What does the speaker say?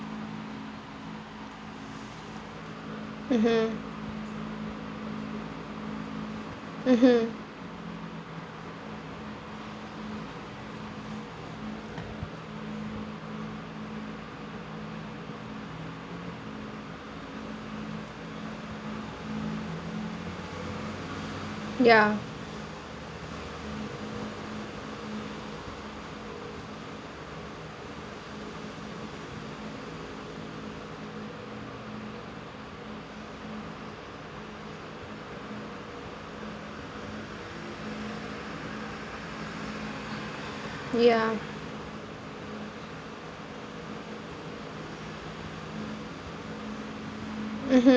mmhmm mmhmm ya ya mmhmm